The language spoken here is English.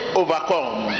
overcome